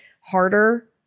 harder